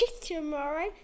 tomorrow